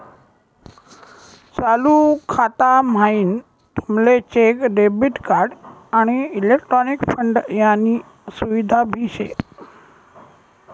चालू खाता म्हाईन तुमले चेक, डेबिट कार्ड, आणि इलेक्ट्रॉनिक फंड यानी सुविधा भी शे